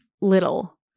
little